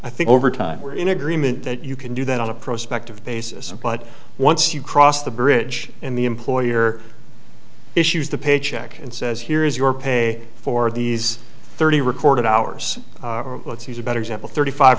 i think over time we're in agreement that you can do that on a prospective basis but once you cross the bridge in the employer issues the paycheck and says here is your pay for these thirty recorded hours let's use a better example thirty five